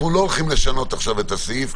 אנחנו לא הולכים לשנות עכשיו את הסעיף,